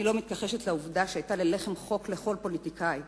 אני לא מתכחשת לעובדה שהיתה ללחם חוק לכל פוליטיקאי,